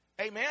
Amen